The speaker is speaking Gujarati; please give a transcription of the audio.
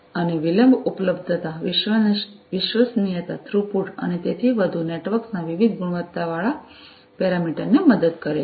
અને વિલંબ ઉપલબ્ધતા વિશ્વસનીયતા થ્રુપુટ અને તેથી વધુ નેટવર્ક્સ ના વિવિધ ગુણવત્તાવાળા પેરામીટર ને મદદ કરે છે